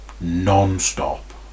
non-stop